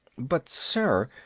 but sir,